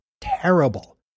terrible